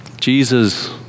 Jesus